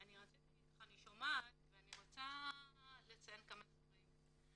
אני שומעת ואני רוצה לציין כמה דברים: